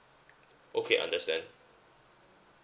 okay understand